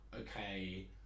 okay